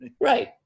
right